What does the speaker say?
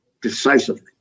decisively